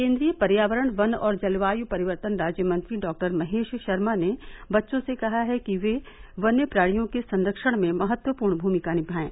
केन्द्रीय पर्यावरण वन और जलवायू परिवर्तन राज्य मंत्री डॉ महेश शर्मा ने बच्चों से कहा है कि वे वन्य प्राणियों के संरक्षण में महत्वपूर्ण भूमिका निमाएं